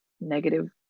negative